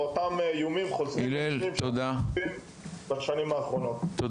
לכן אותם איומים חוזרים על עצמם פעם אחר פעם,